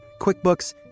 QuickBooks